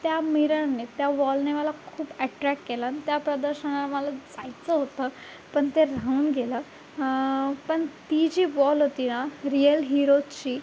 त्या मिररने त्या वॉलने मला खूप अॅटरॅक केलंन त्या प्रदर्शनाला मला जायचं होतं पण ते राहून गेलं पण ती जी वॉल होती ना रियल हिरोजची